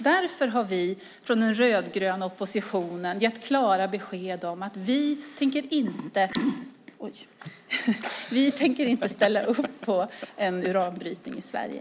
Därför har vi från den rödgröna oppositionen gett klara besked om att vi inte tänker ställa upp på uranbrytning i Sverige.